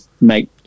make